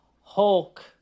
Hulk